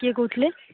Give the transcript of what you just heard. କିଏ କହୁଥିଲେ